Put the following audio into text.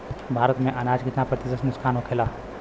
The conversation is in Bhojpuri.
भारत में अनाज कितना प्रतिशत नुकसान होखेला?